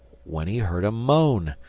when he heard a moan,